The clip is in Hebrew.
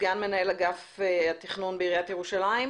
סגן מנהל אגף התכנון בעיריית ירושלים?